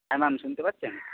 হ্যাঁ ম্যাম শুনতে পাচ্ছেন